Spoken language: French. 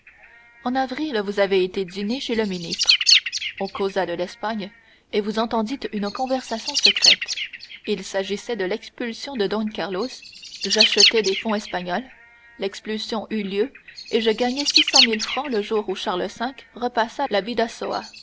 en avril vous avez été dîner chez le ministre on causa de l'espagne et vous entendîtes une conversation secrète il s'agissait de l'expulsion de don carlos j'achetai des fonds espagnols l'expulsion eut lieu et je gagnai six cent mille francs le jour où charles v repassa